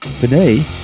Today